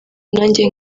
nanjye